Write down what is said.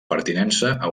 pertinença